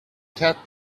cat